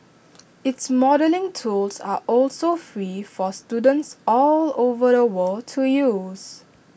its modelling tools are also free for students all over the world to use